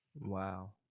Wow